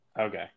Okay